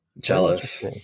jealous